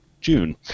June